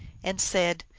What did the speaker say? and said,